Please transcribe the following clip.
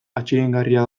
atsegingarria